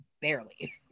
barely